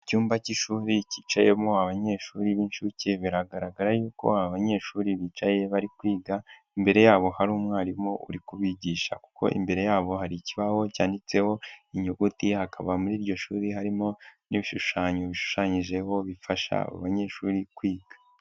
Icyumba cy'ishuri cyicayemo abanyeshuri b'incuke, biragaragara yuko abanyeshuri bicaye bari kwiga, imbere yabo hari umwarimu uri kubigisha kuko imbere yabo hari ikibaho cyanditseho inyuguti, hakaba muri iryo shuri harimo n'ibishushanyo bishushanyijeho bifasha abanyeshuri kwiga.